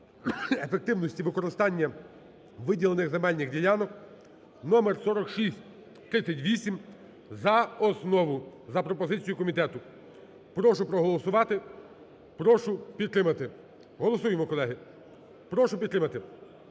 ефективності використання виділених земельних ділянок (№ 4638) за основу за пропозицією комітету. Прошу проголосувати, прошу підтримати. Голосуємо, колеги, прошу підтримати,